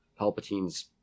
Palpatine's